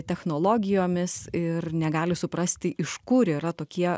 technologijomis ir negali suprasti iš kur yra tokie